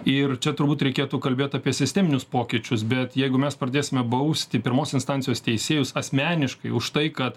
ir čia turbūt reikėtų kalbėt apie sisteminius pokyčius bet jeigu mes pradėsime bausti pirmos instancijos teisėjus asmeniškai už tai kad